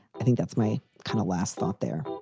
i think that's my kind of last thought there.